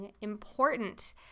important